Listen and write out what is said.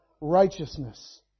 righteousness